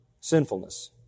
sinfulness